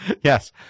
Yes